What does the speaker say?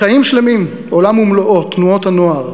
חיים שלמים, עולם ומלואו, תנועות הנוער.